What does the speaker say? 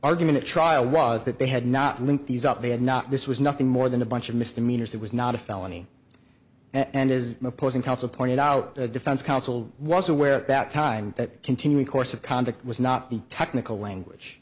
argument at trial was that they had not linked these up they had not this was nothing more than a bunch of misdemeanors it was not a felony and is opposing counsel pointed out the defense counsel was aware that time that continuing course of conduct was not the technical language